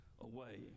away